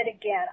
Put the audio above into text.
again